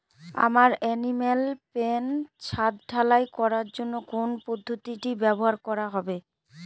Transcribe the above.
আমার animal pen ছাদ ঢালাই করার জন্য কোন পদ্ধতিটি ব্যবহার করা হবে?